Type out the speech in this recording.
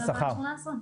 לגבי השכר.